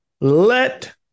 Let